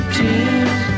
tears